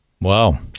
Wow